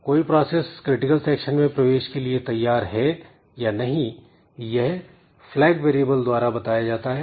कोई process critical section में प्रवेश के लिए तैयार है या नहीं यह flag वेरिएबल द्वारा बताया जाता है